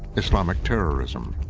islamic terrorism,